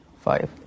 five